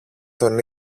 τον